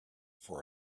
for